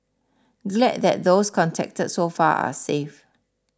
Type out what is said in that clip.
glad that those contacted so far are safe